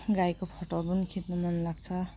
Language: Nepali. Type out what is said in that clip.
गाईको फोटो पनि खिच्न मन लाग्छ